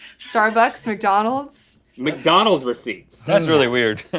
starbucks, mcdonald's. mcdonald's receipts. that's really weird. in